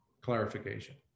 Clarification